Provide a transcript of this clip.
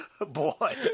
boy